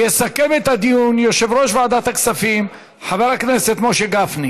יסכם את הדיון יושב-ראש ועדת הכספים חבר הכנסת משה גפני.